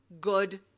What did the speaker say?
good